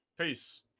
Peace